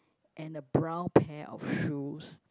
and a brown pair of shoes